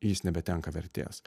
jis nebetenka vertės